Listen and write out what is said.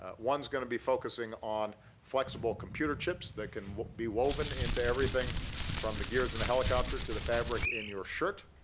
ah one's going to be focusing on flexible computer chips that can be woven into everything from the gears in a helicopter to the fabric in your shirt.